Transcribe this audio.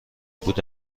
بود